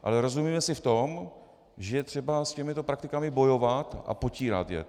Ale rozumíme si v tom, že je třeba s těmito praktikami bojovat a potírat je.